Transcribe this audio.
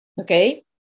Okay